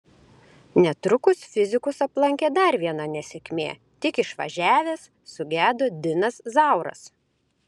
netrukus fizikus aplankė dar viena nesėkmė tik išvažiavęs sugedo dinas zauras